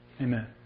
Amen